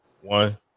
one